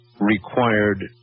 required